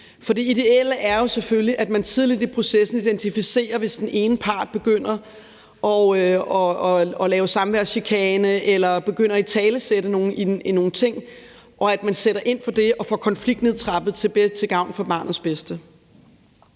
For det ideelle er jo selvfølgelig, at man tidligt i processen identificerer, hvis den ene part begynder at lave samværschikane eller begynder italesætte nogle ting, og at man så sætter ind over for det og får konfliktnedtrappet til gavn for barnets bedste.